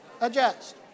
Adjust